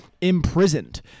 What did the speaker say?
imprisoned